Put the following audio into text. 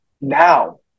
now